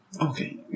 Okay